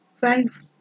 Five